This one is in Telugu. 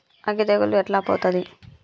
అగ్గి తెగులు ఎట్లా పోతది?